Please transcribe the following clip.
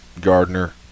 Gardner